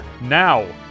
Now